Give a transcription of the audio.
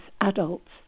adults